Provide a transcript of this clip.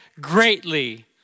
greatly